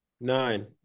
Nine